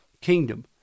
kingdom